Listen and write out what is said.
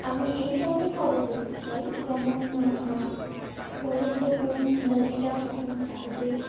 আমি এই ধরনের খবর দেখতে চাই যেমন বলিউডে কোন মুভিটা কখন ছাড়বে